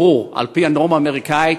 ברור על-פי הנורמה האמריקנית,